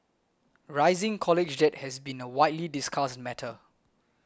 rising college debt has been a widely discussed matter